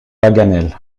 paganel